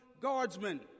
guardsmen